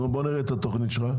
נו, בוא נראה את התוכנית שלך.